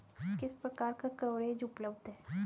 किस प्रकार का कवरेज उपलब्ध है?